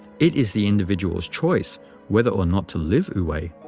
it is the individual's choice whether or not to live wu-wei,